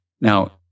Now